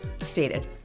stated